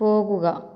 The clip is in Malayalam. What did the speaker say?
പോകുക